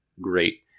great